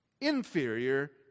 Inferior